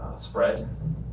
spread